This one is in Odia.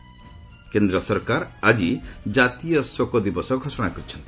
କେନ୍ଦ୍ର ସରକାର ଆଜି ଜାତୀୟ ଶୋକ ଦିବସ ଘୋଷଣା କରିଛନ୍ତି